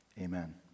Amen